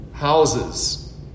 houses